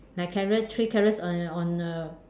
like carrot three carrots on on the